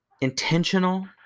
intentional